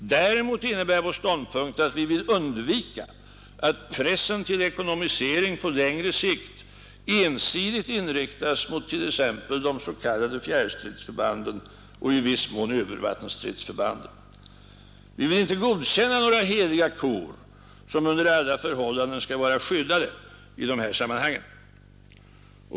Däremot innebär vår ståndpunkt att vi vill undvika att pressen till ekonomisering på längre sikt ensidigt inriktas mot t.ex. de s.k. fjärrstridsförbanden och i viss mån övervattenstridsförbanden. Vi vill inte godkänna några heliga kor som under alla förhållanden skall vara skyddade i dessa sammanhang.